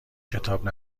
کتاب